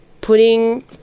putting